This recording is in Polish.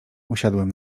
usiadłem